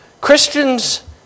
Christians